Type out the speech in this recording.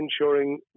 ensuring